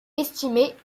estimée